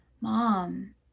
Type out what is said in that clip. mom